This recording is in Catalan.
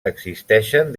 existeixen